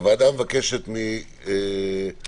הוועדה מבקשת מהשר,